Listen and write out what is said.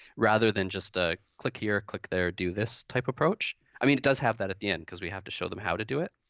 rather than just a click here, click there, do this type approach. i mean, it does have that at the end because we have to show them how to do it.